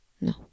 no